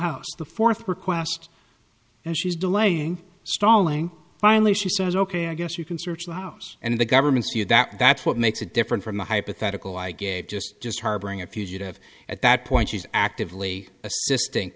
house the fourth request and she's delaying stalling finally she says ok i guess you can search the house and the government see that that's what makes it different from the hypothetical i gave just just harboring a fugitive at that point she's actively assistin